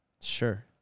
Sure